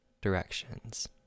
Directions